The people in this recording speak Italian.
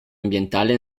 ambientale